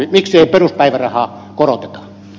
miksi ei peruspäivärahaa koroteta